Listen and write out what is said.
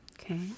okay